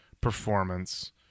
performance